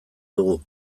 dugu